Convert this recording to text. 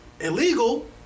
illegal